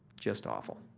just awful.